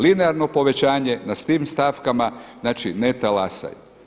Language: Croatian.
Linearno povećanje na svim stavkama, znači ne talasaj.